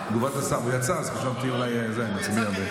הוא יצא, אז חשבתי שאולי נצביע.